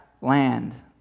land